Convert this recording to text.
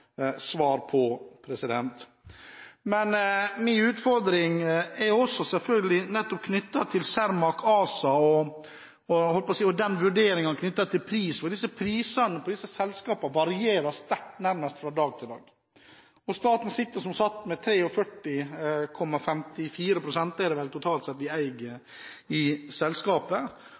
svar på. Min utfordring er selvfølgelig også knyttet til Cermaq ASA og vurderingen når det gjelder pris, for prisene på disse selskapene varierer sterkt nærmest fra dag til dag, og staten sitter som sagt med 43,54 pst. – det er vel det vi totalt eier – i selskapet.